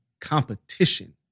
competition